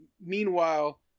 meanwhile